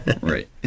Right